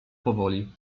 powoli